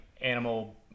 Animal